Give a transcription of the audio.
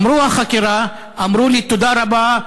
נגמרה החקירה, אמרו לי: תודה רבה,